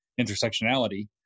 intersectionality